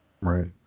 Right